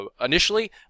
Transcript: initially